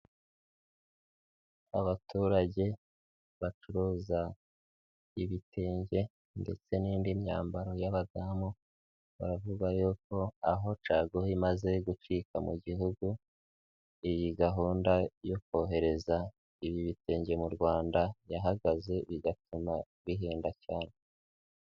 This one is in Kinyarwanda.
Abaturage bacuruza ibitenge ndetse n'indi myambaro y'abadamu, baravuga yuko aho caguwa imaze gucika mu gihugu, iyi gahunda yo kohereza ibi bitenge mu Rwanda yahagaze bigatuma bihenda cyane.